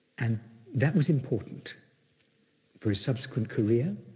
and that was important for his subsequent career.